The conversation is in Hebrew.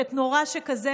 חטא נורא שכזה,